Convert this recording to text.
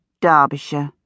Derbyshire